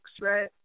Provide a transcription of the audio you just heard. right